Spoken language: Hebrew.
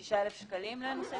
226 אלף שקלים לנושא משרה.